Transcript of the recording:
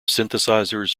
synthesizers